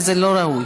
וזה לא ראוי.